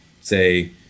say